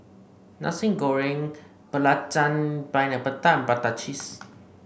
Nasi Goreng Belacan Pineapple Tart Prata Cheese